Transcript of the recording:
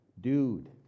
dude